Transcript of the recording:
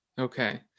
Okay